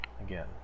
Again